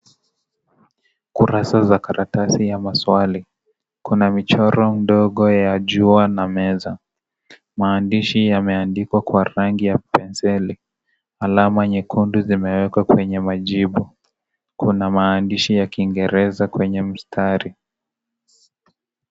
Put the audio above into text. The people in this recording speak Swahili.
Kurasa za karatasi ya maswali kuna michoro ndogo ya jua na meza , maandishi yameandikwa kwa rangi ya penseli alama nyekundu zimewekwa kwenye majibu , kuna maandishi ya kiingereza kwenye mistari.